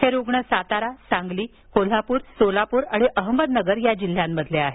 हे रुग्ण सातारा सांगली कोल्हापूर सोलापूर आणि अहमदनगर जिल्ह्यातील आहेत